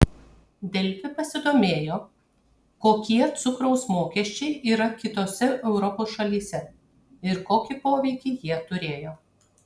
delfi pasidomėjo kokie cukraus mokesčiai yra kitose europos šalyse ir kokį poveikį jie turėjo